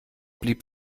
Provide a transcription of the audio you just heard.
blieb